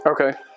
Okay